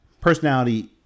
personality